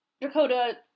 Dakota